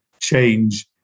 change